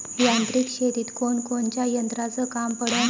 यांत्रिक शेतीत कोनकोनच्या यंत्राचं काम पडन?